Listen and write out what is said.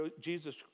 Jesus